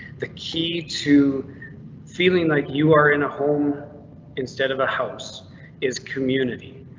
the key to feeling like you are in a home instead of a house is community.